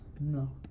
No